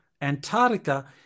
Antarctica